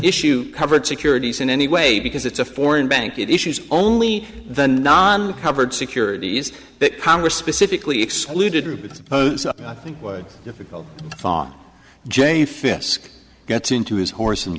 issue covered securities in any way because it's a foreign bank that issues only the non covered securities that congress specifically excluded because i think would difficult on j fisk gets into his horse and